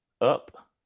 up